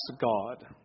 God